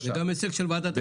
זה גם הישג של ועדת הכלכלה.